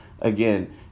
Again